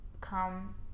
come